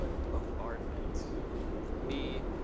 ah bombardment for b,